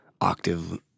octave